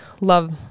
love